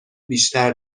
بیشتر